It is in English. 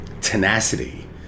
tenacity